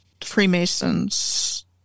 freemasons